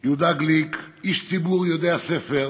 יהודה גליק, איש ציבור יודע ספר,